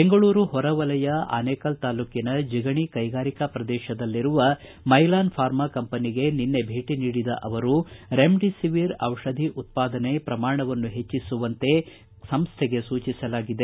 ಬೆಂಗಳೂರು ಹೊರ ವಲಯ ಆನೇಕಲ್ ತಾಲೂಕಿನ ಜಿಗಣಿ ಕೈಗಾರಿಕಾ ಪ್ರದೇಶದಲ್ಲಿರುವ ಮೈಲಾನ್ ಫಾರ್ಮಾ ಕಂಪನಿಗೆ ನಿನ್ನೆ ಭೇಟಿ ನೀಡಿದ ಅವರು ರೆಮ್ಡಿಸಿವಿರ್ ಔಷಧಿ ಉತ್ಪಾದನೆ ಪ್ರಮಾಣವನ್ನು ಹೆಚ್ಚಿಸುವಂತೆ ಮೈಲಾನ್ ಸಂಸ್ಟೆಗೆ ಸೂಚಿಸಲಾಗಿದೆ